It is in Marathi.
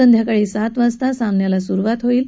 संध्याकाळी सात वाजता सामन्याला सुरुवात होईल